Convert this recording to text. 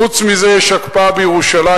חוץ מזה יש הקפאה בירושלים,